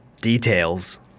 Details